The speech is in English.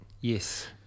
Yes